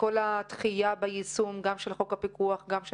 כל הדחייה ביישום גם של חוק הפיקוח וגם של